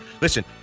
Listen